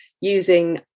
using